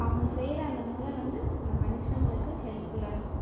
அவங்க செய்கிற அந்த முறை வந்து அந்த மனுசங்களுக்கு ஹெல்ப்ஃபுல்லாக இருக்கும்